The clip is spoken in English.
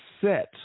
set